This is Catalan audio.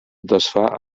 desfà